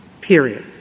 period